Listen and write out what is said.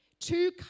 Two